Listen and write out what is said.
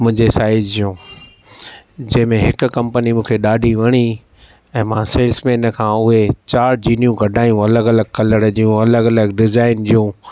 मुंहिंजे साइज़ जूं जंहिंमें हिकु कम्पनी मूंखे ॾाढी वणी ऐं मां सेल्समेन खां उहे चारि जीनियूं कढाइयूं अलॻि अलॻि कलर जूं अलॻि अलॻि डिज़ाइन जूं